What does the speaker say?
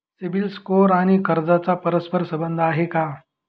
CIBIL score आणि कर्जाचा परस्पर संबंध आहे का?